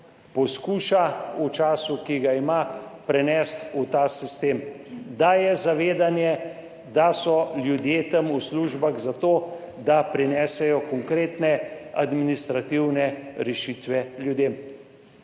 poskuša v času, ki ga ima, prenesti v ta sistem, da je zavedanje, da so ljudje tam v službah zato, da prinesejo konkretne administrativne rešitve ljudem.